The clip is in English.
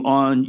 on